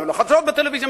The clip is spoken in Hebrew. בניהול החדשות בטלוויזיה,